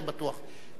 זה בטוח.